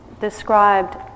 described